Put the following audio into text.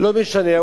לא משנה.